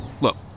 look